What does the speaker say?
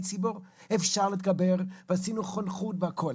ציבור אפשר להתגבר ועשינו חונכות והכל.